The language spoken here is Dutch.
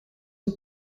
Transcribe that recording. een